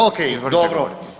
Ok, dobro.